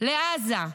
לעזה.